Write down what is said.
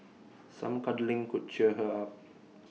some cuddling could cheer her up